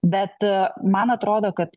bet man atrodo kad